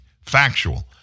factual